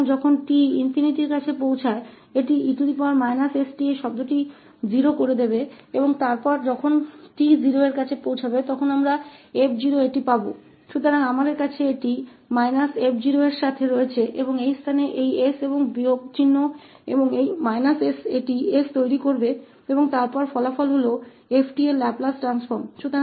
तो जब t ∞ को पहुँचता है यह e st इस टर्म को 0 कर देगा और जब t 0 को जाएगा हमे यह 𝑓 प्राप्त होगा तो हमारे पास यह −𝑓 के साथ है और इस स्थान पर यह और ऋण चिह्न है और यह −𝑠 इसे बना देगा और फिर परिणाम 𝑓𝑡 का लाप्लास रूपांतर है